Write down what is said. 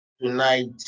Tonight